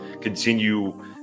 continue